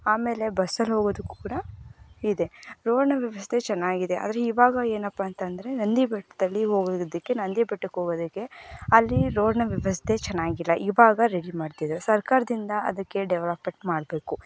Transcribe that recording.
ಆಮೇಲೆ ಬಸ್ಸಲ್ಲಿ ಹೋಗೋದಕ್ಕೂ ಕೂಡ ಇದೆ ರೋಡಿನ ವ್ಯವಸ್ಥೆ ಚೆನ್ನಾಗಿದೆ ಆದರೆ ಇವಾಗ ಏನಪ್ಪಾ ಅಂತಂದರೆ ನಂದಿ ಬೆಟ್ಟದಲ್ಲಿ ಹೋಗೋದಕ್ಕೆ ನಂದಿ ಬೆಟ್ಟಕ್ಕೆ ಹೋಗೋದಕ್ಕೆ ಅಲ್ಲಿ ರೋಡಿನ ವ್ಯವಸ್ಥೆ ಚೆನ್ನಾಗಿಲ್ಲ ಇವಾಗ ರೆಡಿ ಮಾಡ್ತಿದ್ದಾರೆ ಸರ್ಕಾರದಿಂದ ಅದಕ್ಕೆ ಡೆವಲಪ್ಮೆಂಟ್ ಮಾಡಬೇಕು